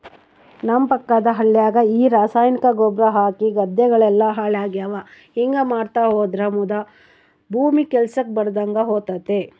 ನಮ್ಮ ಪಕ್ಕದ ಹಳ್ಯಾಗ ಈ ರಾಸಾಯನಿಕ ಗೊಬ್ರ ಹಾಕಿ ಗದ್ದೆಗಳೆಲ್ಲ ಹಾಳಾಗ್ಯಾವ ಹಿಂಗಾ ಮಾಡ್ತಾ ಹೋದ್ರ ಮುದಾ ಭೂಮಿ ಕೆಲ್ಸಕ್ ಬರದಂಗ ಹೋತತೆ